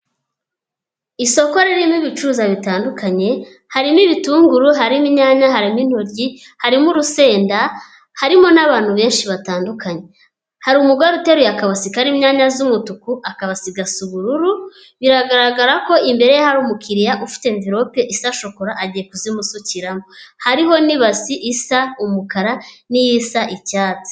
Isoko ririmo ibicuruza bitandukanye harimo ibitunguru hari n'inyanya hari n'intoryi harimo urusenda harimo n'abantu benshi batandukanye, hari umugore uteruye akabasi karimo inyanya z'umutuku akabasi gasa ubururu biragaragara ko imbere ye hari umukiriya ufite amvirope isa shokora agiye kuzimusukiramo, hariho n'ibasi isa umukara n'isa icyatsi.